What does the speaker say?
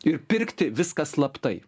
ir pirkti viską slaptai